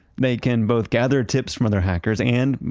they can both gather tips from other hackers and,